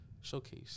showcase